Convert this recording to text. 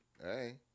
Hey